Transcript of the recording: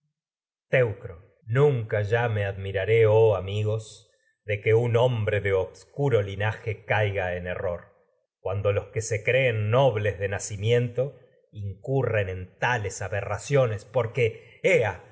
teucro nunca ya me admiraré oh amigos de cuan en que un hombre de obscuro linaje caiga en error se creen do los que nobles de nacimiento incurren tales al aberraciones porque ea